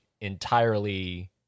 entirely